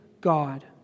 God